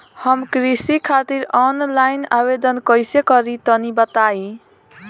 हम कृषि खातिर आनलाइन आवेदन कइसे करि तनि बताई?